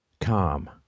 calm